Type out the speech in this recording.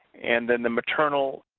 and then the maternal,